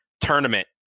tournament